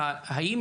עכשיו,